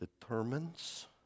determines